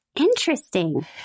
Interesting